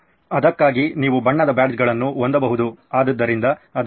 ಅದಕ್ಕಾಗಿ ನೀವು ಬಣ್ಣದ ಬ್ಯಾಡ್ಜ್ಗಳನ್ನು ಹೊಂದಬಹುದು ಆದ್ದರಿಂದ ಅದು ಸಾಧ್ಯ